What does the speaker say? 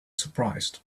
surprised